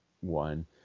one